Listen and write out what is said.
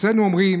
אצלנו אומרים